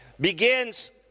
begins